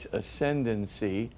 ascendancy